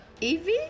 Evie